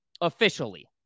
officially